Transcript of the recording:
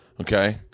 Okay